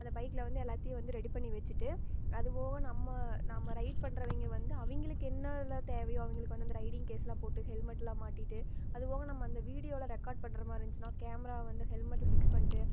அந்த பைக்கில் வந்து எல்லாத்தையும் வந்து ரெடி பண்ணி வைச்சிட்டு அது போக நம்ம நம்ம ரைட் பண்றவங்க வந்து அவங்களுக்கு என்னலாம் தேவையோ அவங்களுக்கு வந்து இந்த ரைடிங் கேஸ்லாம் போட்டு ஹெல்மெட்லாம் மாட்டிகிட்டு அதுபோக நம்ம அந்த வீடியோலாம் ரெக்கார்ட் பண்ணுற மாதிரி இருந்துச்சுன்னா கேமரா வந்து ஹெல்மெட்டு பிக்ஸ் பண்ணிட்டு